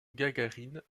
gagarine